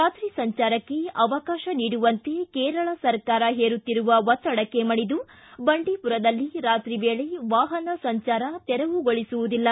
ರಾತ್ರಿ ಸಂಚಾರಕ್ಕೆ ಅವಕಾಶ ನೀಡುವಂತೆ ಕೇರಳ ಸರ್ಕಾರ ಹೆರುತ್ತಿರುವ ಒತ್ತಡಕ್ಕೆ ಮಣಿದು ಬಂಡೀಮರದಲ್ಲಿ ರಾತ್ರಿ ವೇಳೆ ವಾಹನ ಸಂಜಾರ ತೆರವುಗೊಳಿವುದಿಲ್ಲ